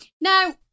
now